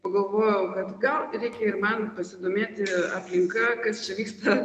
pagalvojau kad gal reikia ir man pasidomėti aplinka kas čia vyksta